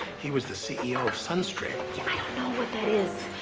he was the c e o. of sunstream. yeah, i don't know what that is.